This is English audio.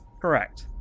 Correct